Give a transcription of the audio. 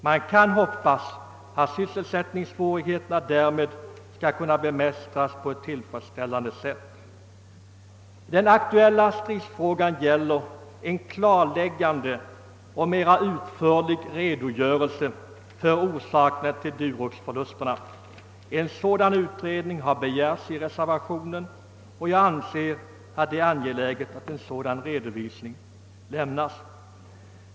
Man får hoppas att sysselsättningssvårigheterna därmed skall kunna bemästras på ett tillfredsställande sätt. Den aktuella stridsfrågan gäller en klarläggande och mera utförlig redogörelse för orsakerna till Duroxförlusterna. En sådan utredning har begärts i reservationen, och jag anser att det är angeläget att en redovisning av detta slag lämnas.